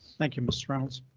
thank you, ms reynolds.